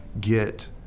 get